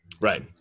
right